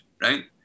right